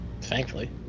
Thankfully